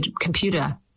computer